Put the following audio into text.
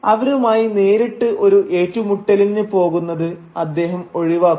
അവരുമായിട്ട് നേരിട്ട് ഒരു ഏറ്റുമുട്ടലിന് പോകുന്നത് അദ്ദേഹം ഒഴിവാക്കുന്നു